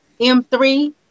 M3